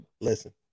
Listen